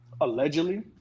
allegedly